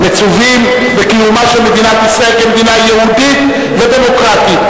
מצווים בקיומה של מדינת ישראל כמדינה יהודית ודמוקרטית,